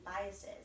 biases